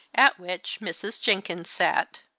at which mrs. jenkins sat.